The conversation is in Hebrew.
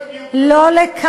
למה לא הגיעו להסדר?